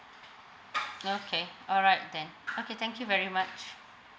okay alright then okay thank you very much